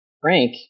frank